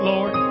Lord